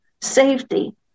safety